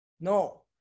No